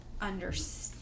understand